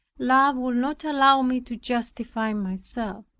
love would not allow me to justify myself.